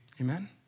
Amen